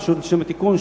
פשוט לשם התיקון,